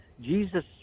Jesus